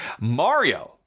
Mario